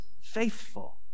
faithful